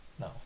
No